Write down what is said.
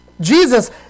Jesus